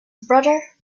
brother